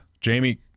Jamie